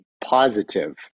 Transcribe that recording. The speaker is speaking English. positive